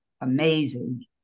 amazing